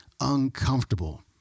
uncomfortable